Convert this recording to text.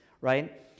right